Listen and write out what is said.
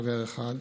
חבר אחד.